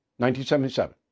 1977